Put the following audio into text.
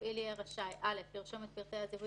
מפעיל יהיה רשאי - (א)לרשום את פרטי הזיהוי